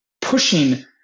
pushing